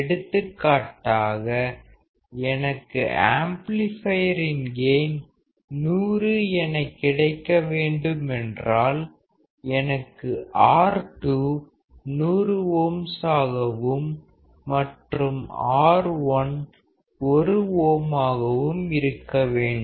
எடுத்துக்காட்டாக எனக்கு ஆம்ப்ளிபையரின் கெயின் 100 என கிடைக்கவேண்டுமென்றால் எனக்கு R2 100 ஓம்ஸ் ஆகவும் மற்றும் R1 1 ஓம் ஆகவும் இருக்க வேண்டும்